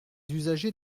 usagers